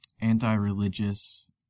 anti-religious